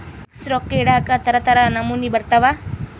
fix ರೊಕ್ಕ ಇಡಾಕ ತರ ತರ ನಮೂನಿ ಬರತವ